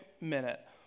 minute